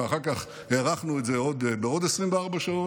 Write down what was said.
אחר כך הארכנו את זה בעוד 24 שעות,